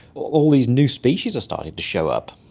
all these new species are starting to show up.